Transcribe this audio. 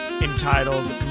entitled